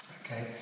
Okay